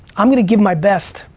i'm gonna give my best.